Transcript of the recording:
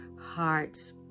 hearts